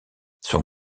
son